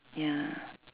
ya